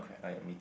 ah ya me too